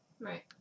Right